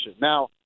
Now